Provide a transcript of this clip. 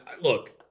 look